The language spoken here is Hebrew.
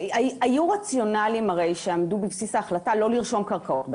בעבר היו רציונליים שעמדו בבסיס ההחלטה לא לרשום קרקעות.